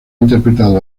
interpretado